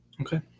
Okay